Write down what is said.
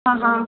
हँ